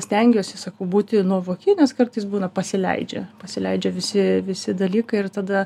stengiuosi sakau būti nuovoki nes kartais būna pasileidžia pasileidžia visi visi dalykai ir tada